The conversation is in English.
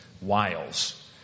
wiles